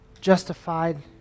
justified